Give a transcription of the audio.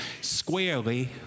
squarely